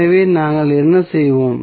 எனவே நாங்கள் என்ன செய்வோம்